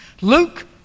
Luke